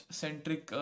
centric